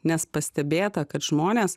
nes pastebėta kad žmonės